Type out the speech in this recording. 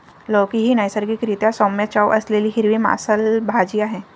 लौकी ही नैसर्गिक रीत्या सौम्य चव असलेली हिरवी मांसल भाजी आहे